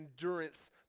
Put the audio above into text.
endurance